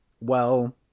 Well